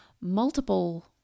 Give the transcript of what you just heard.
multiple